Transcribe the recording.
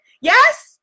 Yes